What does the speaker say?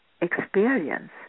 experience